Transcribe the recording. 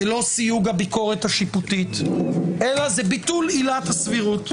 זה לא סיוג הביקורת השיפוטית אלא זה ביטול עילת הסבירות,